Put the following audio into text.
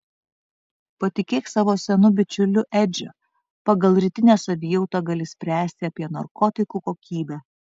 patikėk savo senu bičiuliu edžiu pagal rytinę savijautą gali spręsti apie narkotikų kokybę